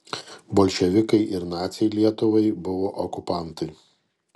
bolševikai ir naciai lietuvai buvo okupantai